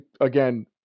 again